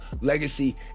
legacy